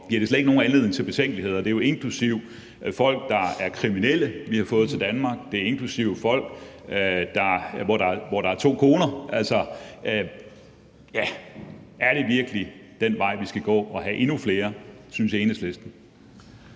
det slet ikke nogen anledning til betænkeligheder? Det er jo inklusive folk, der er kriminelle, og som vi har fået til Danmark. Det er inklusive folk, der har to koner. Er det virkelig den vej, vi skal gå, altså at have endnu flere – synes Enhedslisten